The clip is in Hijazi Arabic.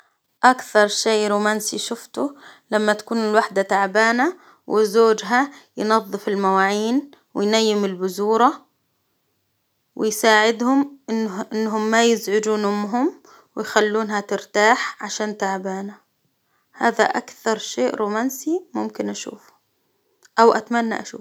أكثر شيء رومانسي شفته لما تكون الوحدة تعبانة وزوجها ينظف المواعين، وينيم البذورة، ويساعدهم انه -إنهم ما يزعجون أمهم ويخلونها ترتاح عشان تعبانة، هذا أكثر شيء رومانسي ممكن أشوفه أو أتمنى أشوفه.